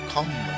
Come